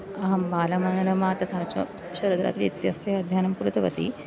अहं बालमनोरमा तथा च शरद्रात्रिः इत्यस्य अध्ययनं कृतवती